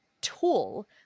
tool